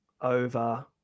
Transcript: over